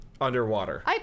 underwater